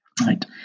right